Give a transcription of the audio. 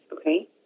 okay